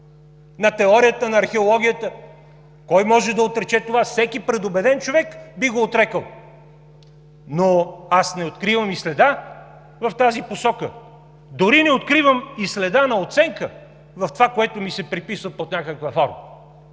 на теорията, на археологията. Кой може да отрече това? Всеки предубеден човек би го отрекъл, но аз не откривам и следа в тази посока, дори не откривам и следа на оценка в това, което ми се приписва под някаква форма.